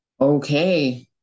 okay